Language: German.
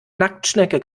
nacktschnecke